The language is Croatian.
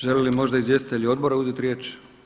Žele li možda izvjestitelji odbora uzeti riječ?